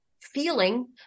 feeling